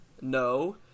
no